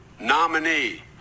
nominee